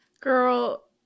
Girl